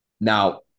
now